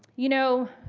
you know,